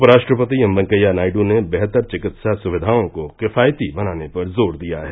उपराष्ट्रपति एम वेंकैया नायडू ने बेहतर चिकित्सा सुविधाओं को किफायती बनाने पर जोर दिया है